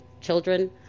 children